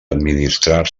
administrar